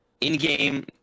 in-game